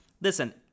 Listen